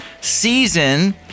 season